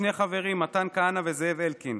שני חברים: מתן כהנא וזאב אלקין,